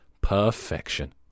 Perfection